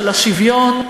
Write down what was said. של השוויון,